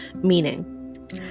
Meaning